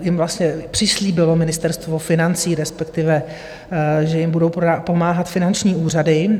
jim vlastně přislíbilo Ministerstvo financí, respektive že jim budou pomáhat finanční úřady.